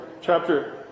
chapter